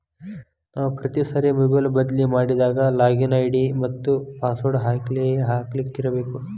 ನಾವು ಪ್ರತಿ ಸಾರಿ ಮೊಬೈಲ್ ಬದ್ಲಿ ಮಾಡಿದಾಗ ಲಾಗಿನ್ ಐ.ಡಿ ಮತ್ತ ಪಾಸ್ವರ್ಡ್ ಹಾಕ್ಲಿಕ್ಕೇಬೇಕು